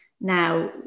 Now